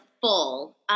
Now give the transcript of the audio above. full